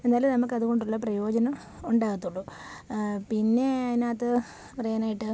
എന്നാലേ നമുക്ക് അതുകൊണ്ടുള്ള പ്രയോജനം ഉണ്ടാകത്തുള്ളൂ പിന്നേ അയിനകത്ത് പറയാനായിട്ട്